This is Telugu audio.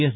ఎస్